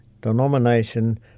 denomination